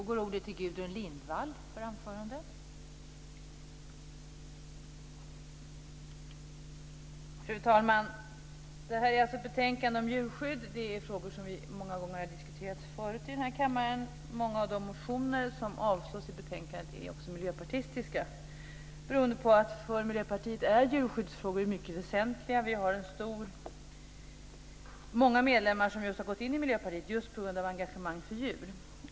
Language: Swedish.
Fru talman! Det här är alltså ett betänkande om djurskydd. Det är frågor som vi har diskuterat här i kammaren många gånger förut. Många av de motioner som avstyrks i betänkandet är miljöpartistiska, beroende på att djurskyddsfrågor är mycket väsentliga för Miljöpartiet. Vi har många medlemmar som har gått in i Miljöpartiet just på grund av engagemanget för djur.